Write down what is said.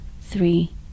three